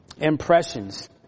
impressions